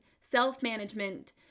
Self-management